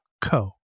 co